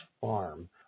farm